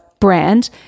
brand